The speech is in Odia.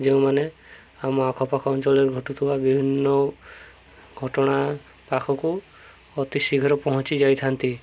ଯେଉଁମାନେ ଆମ ଆଖପାଖ ଅଞ୍ଚଳରେ ଘଟୁଥିବା ବିଭିନ୍ନ ଘଟଣା ପାଖକୁ ଅତିଶୀଘ୍ର ପହଞ୍ଚି ଯାଇଥାନ୍ତି